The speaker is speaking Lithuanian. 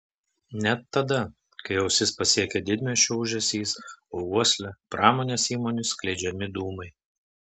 net tada kai ausis pasiekia didmiesčio ūžesys o uoslę pramonės įmonių skleidžiami dūmai